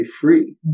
free